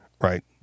right